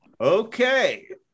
Okay